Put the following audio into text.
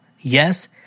Yes